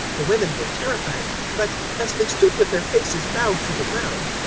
the women were terrified but, as they stood with their faces bowed to the ground,